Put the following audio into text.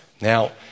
Now